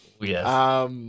Yes